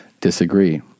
disagree